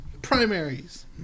primaries